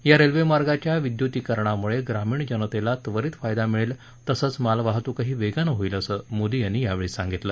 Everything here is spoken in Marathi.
या रेल्वे मार्गाच्या विद्युतीकरणामुळे ग्रामीण जनतेला त्वरीत फायदा मिळेल तसंच मालवाहतुकही वेगानं होईल असं मोदी यांनी यावेळी सांगितलं